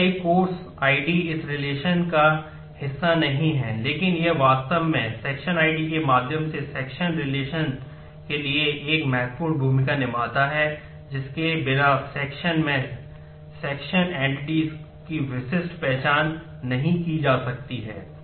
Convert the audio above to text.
मेरा नई course ID की विशिष्ट पहचान नहीं की जा सकती है